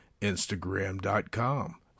instagram.com